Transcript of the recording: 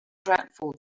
dreadful